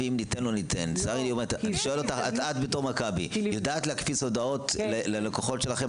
את יודעת להקפיץ הודעות ללקוחות הקופה שלך.